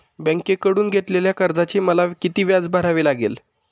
बँकेकडून घेतलेल्या कर्जाचे मला किती व्याज भरावे लागेल?